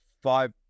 five